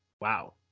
Wow